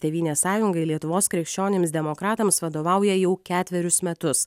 tėvynės sąjungai lietuvos krikščionims demokratams vadovauja jau ketverius metus